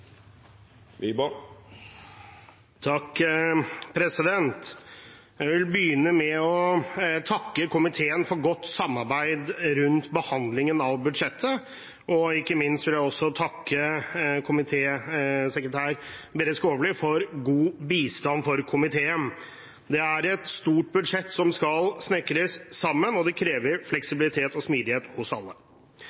vil begynne med å takke komiteen for godt samarbeid rundt behandlingen av budsjettet, og ikke minst vil jeg takke komitésekretær Berit Skovly for god bistand til komiteen. Det er et stort budsjett som skal snekres sammen, og det